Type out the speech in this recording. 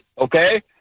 okay